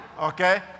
Okay